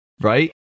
right